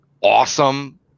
awesome